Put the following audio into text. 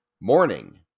Morning